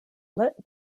let